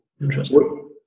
Interesting